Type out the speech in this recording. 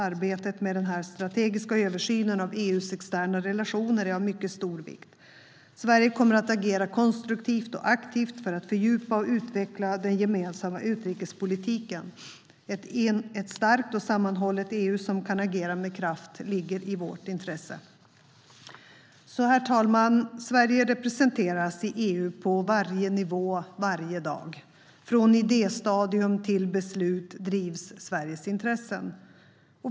Arbetet med den strategiska översynen av EU:s externa relationer är av mycket stor vikt. Sverige kommer att agera konstruktivt och aktivt för att fördjupa och utveckla den gemensamma utrikespolitiken. Ett starkt och sammanhållet EU som kan agera med kraft ligger i vårt intresse. Herr talman! Sverige representeras i EU på varje nivå varje dag. Från idéstadium till beslut drivs Sveriges intressen.